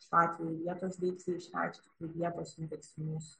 šiuo atveju vietos deiksei išreikšti tai vietos indeksinius